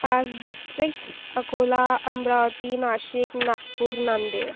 पाच डिस्ट्रिक्स अकोला अमरावती नाशिक नागपूर नांदेड